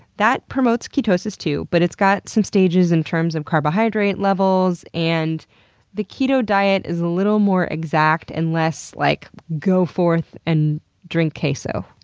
that promotes ketosis too, but it's got some stages in terms of carbohydrate levels, and the keto diet is a little more exact and less like, go forth and drink queso,